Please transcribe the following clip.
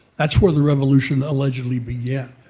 that's where the revolution allegedly began. yeah